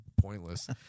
pointless